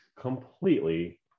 completely